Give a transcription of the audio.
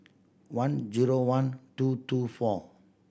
one zero one two two four